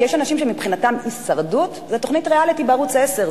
כי יש אנשים שמבחינתם הישרדות זה תוכנית ריאליטי בערוץ-10,